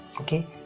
okay